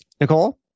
Nicole